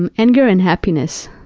and anger and happiness.